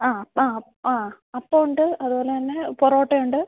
ആ അപ്പമോ ആ അപ്പം ഉണ്ട് അതുപോലെ തന്നെ പൊറോട്ടയുണ്ട്